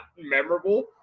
memorable